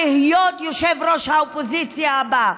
להיות יושב-ראש האופוזיציה הבא.